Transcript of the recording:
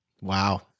Wow